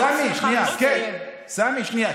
שנייה, סמי.